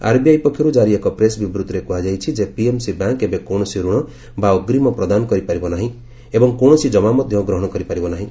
RBI ପକ୍ଷରୁ ଜାରି ଏକ ପ୍ରେସ୍ ବିବୂଭିରେ କୁହାଯାଇଛି ଯେ ପିଏମ୍ସି ବ୍ୟାଙ୍କ୍ ଏବେ କୌଣସି ରଣ ବା ଅଗ୍ରୀମ ପ୍ରଦାନ କରିପାରିବ ନାହିଁ ଏବଂ କୌଣସି ଜମା ମଧ୍ୟ ଗ୍ରହଣ କରିପାରିବ ନାହିଁ